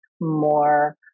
more